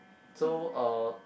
so uh